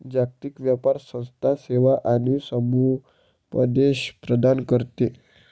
जागतिक व्यापार संस्था सेवा आणि समुपदेशन प्रदान करते